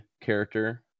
character